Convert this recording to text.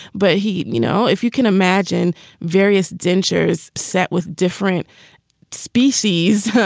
but he you know, if you can imagine various dentures set with different species,